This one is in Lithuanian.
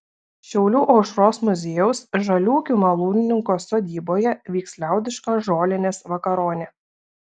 šiaulių aušros muziejaus žaliūkių malūnininko sodyboje vyks liaudiška žolinės vakaronė